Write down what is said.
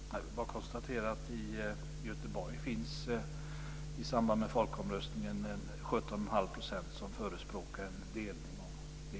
Fru talman! Jag vill bara konstatera att det i Göteborg i samband med folkomröstningen är 171⁄2 % som förespråkar en delning.